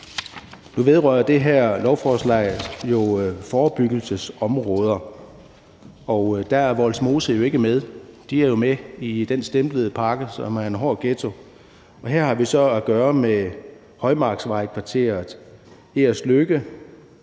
Nu vedrører det her lovforslag jo forebyggelsesområder, og der er Vollsmose ikke med. Det er jo med i den pakke, som er stemplet som hård ghetto. Her har vi at gøre med Højemarksvejkvarteret, Ejerslykke,